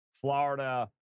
Florida